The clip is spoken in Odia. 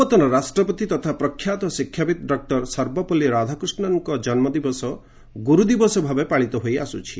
ପୂର୍ବତନ ରାଷ୍ଟ୍ରପତି ତଥା ପ୍ରଖ୍ୟାତ ଶିକ୍ଷାବିତ୍ ଡକୁର ସର୍ବପଲ୍ଲୀ ରାଧାକୃଷ୍ଣନଙ୍କ ଗୁରୁଦିବସ ଭାବେ ପାଳିତ ହୋଇ ଆସୁଛି